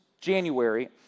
January